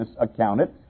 accounted